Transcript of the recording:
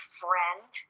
friend